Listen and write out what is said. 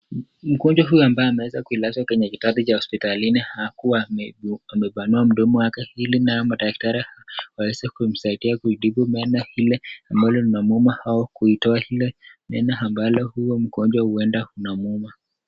Mgonwa huyu ambaye ameweza kulazwa kwenye kitanda cha hospitalini hakua amepanua mdomo wake ilinao madaktari waweze kumsaidia kuitibu meno ile ambayo inamuuma au kuitoa ile meno ambalo huyo mgonjwa huenda inamuuma.